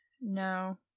No